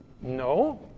No